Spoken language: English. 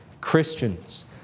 Christians